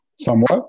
Somewhat